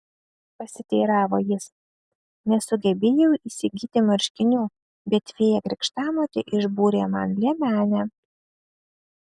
pasiteiravo jis nesugebėjau įsigyti marškinių bet fėja krikštamotė išbūrė man liemenę